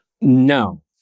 No